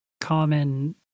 common